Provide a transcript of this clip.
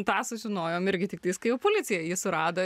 tą sužinojom irgi tiktais kai jau policija jį surado